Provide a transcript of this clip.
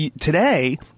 Today